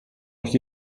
noch